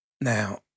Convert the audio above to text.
Now